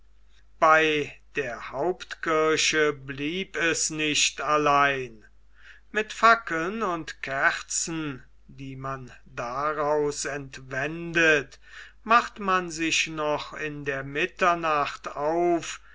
bei der hauptkirche blieb es nicht allein mit fackeln und kerzen die man daraus entwendet macht man sich noch in der mitternacht auf